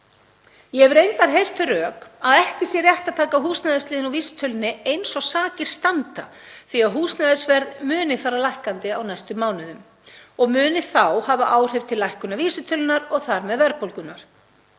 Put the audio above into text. Ég hef reyndar heyrt þau rök að ekki sé rétt að taka húsnæðisliðinn úr vísitölunni eins og sakir standa því að húsnæðisverð muni fara lækkandi á næstu mánuðum og hafi þá áhrif til lækkunar vísitölunnar og þar með verðbólgunnar.